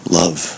love